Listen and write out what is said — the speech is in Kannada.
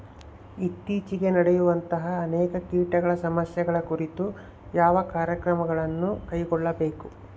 ಇತ್ತೇಚಿಗೆ ನಡೆಯುವಂತಹ ಅನೇಕ ಕೇಟಗಳ ಸಮಸ್ಯೆಗಳ ಕುರಿತು ಯಾವ ಕ್ರಮಗಳನ್ನು ಕೈಗೊಳ್ಳಬೇಕು?